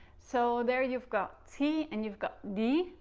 so there you've got t and you've got d.